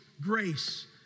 grace